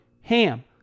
HAM